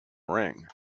ring